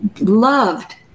loved